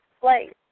place